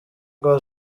rwa